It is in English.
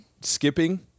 skipping